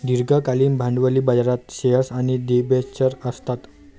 दीर्घकालीन भांडवली बाजारात शेअर्स आणि डिबेंचर्स असतात